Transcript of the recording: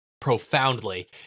Profoundly